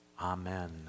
Amen